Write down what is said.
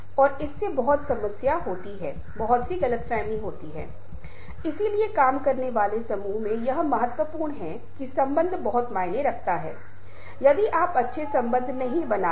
और मेरा मानना है कि संबंधित क्षेत्रों में प्रोफेसर गिरी और प्रोफेसर सुआर की बातचीत ने हमें इस तथ्य से अवगत कराया कि समूह की गतिशीलता को समझना बहुत महत्वपूर्ण है क्योंकि यह विभिन्न प्रकार की परिस्थितियों को संभालने के लिए बेहतर संचारकर्ताओं को बनाता है